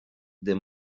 des